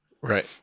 Right